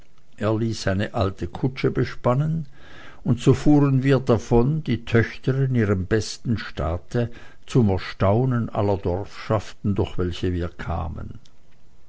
eine alte kutsche bespannen und so fuhren wir davon die töchter in ihrem besten staate zum erstaunen aller dorfschaften durch welche wir kamen